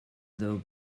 though